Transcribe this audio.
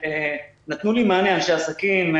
אנשי עסקים,